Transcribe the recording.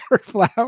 flower